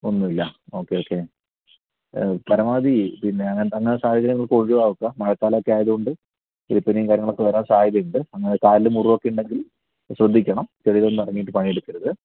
ഒന്നുമില്ല okay okay പരമാവധി പിന്നെ അങ്ങനെ സാഹചര്യങ്ങളൊക്കെ ഒഴിവാക്കുക മഴക്കാലമൊക്കെ ആയതുകൊണ്ട് എലിപ്പനിയും കാര്യങ്ങളൊക്കെ വരാൻ സാധ്യത ഉണ്ട് അങ്ങനെ കാലിൽ മുറിവൊക്കെ ഉണ്ടെങ്കിൽ ശ്രദ്ധിക്കണം ചളിയിലൊന്നും ഇറങ്ങിയിട്ട് പണിയെടുക്കരുത്